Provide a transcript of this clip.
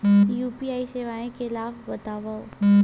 UPI सेवाएं के लाभ बतावव?